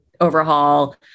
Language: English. overhaul